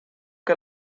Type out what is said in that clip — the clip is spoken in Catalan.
que